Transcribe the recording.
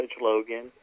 Logan